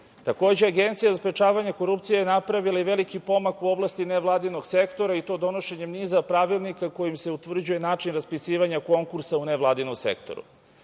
Takođe, Agencija za sprečavanje korupcije je napravila i veliki pomak u oblasti nevladinog sektora i to donošenjem niza pravilnika kojim se utvrđuje način raspisivanja konkursa u nevladinom sektoru. Ono